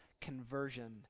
conversion